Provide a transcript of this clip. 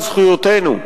על זכויותינו.